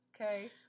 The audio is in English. Okay